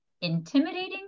intimidating